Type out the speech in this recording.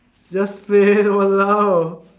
just play !walao!